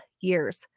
years